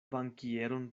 bankieron